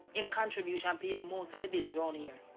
him contribution um pay and most of the bills around here.